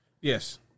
Yes